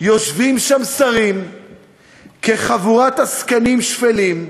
יושבים שם שרים כחבורת עסקנים שפלים,